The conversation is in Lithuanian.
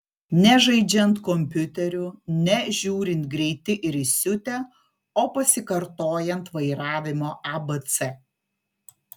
ne žaidžiant kompiuteriu ne žiūrint greiti ir įsiutę o pasikartojant vairavimo abc